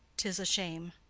tis a shame.